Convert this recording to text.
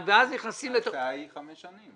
ההצעה היא לחמש שנים.